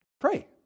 Pray